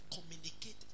communicate